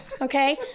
okay